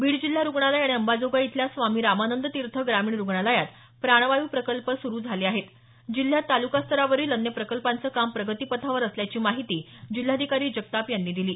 बीड जिल्हा रुग्णालय आणि अंबाजोगाई इथल्या स्वामी रामानंद तीर्थ ग्रामीण रुग्णालयात प्राणवायू प्रकल्प सुरू झाले आहेत जिल्ह्यात तालुकास्तरावरील अन्य प्रकल्पांचं काम प्रगतीपथावर असल्याची माहिती जिल्हाधिकारी जगताप यांनी दिली